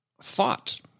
thought